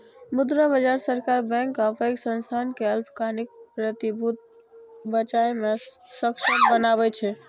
मुद्रा बाजार सरकार, बैंक आ पैघ संस्थान कें अल्पकालिक प्रतिभूति बेचय मे सक्षम बनबै छै